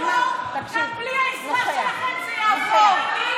גם בלי העזרה שלכם זה יעבור.